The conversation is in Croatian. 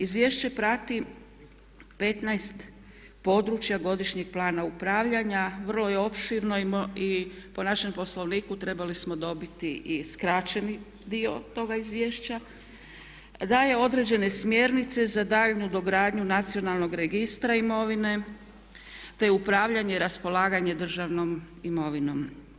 Izvješće prati 15 područja godišnjeg plana upravljanja, vrlo je opširno i po našem Poslovniku trebali smo dobiti i skraćeni dio toga izvješća, daje određene smjernice za daljnju dogradnju nacionalnog registra imovine te upravljanje i raspolaganje državnom imovinom.